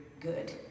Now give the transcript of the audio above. good